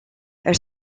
elle